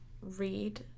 read